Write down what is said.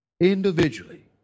individually